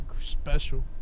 special